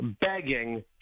begging